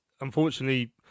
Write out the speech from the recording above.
unfortunately